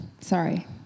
Sorry